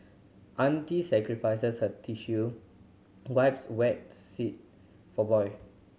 auntie sacrifices her tissue wipes wet seat for boy